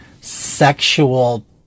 sexual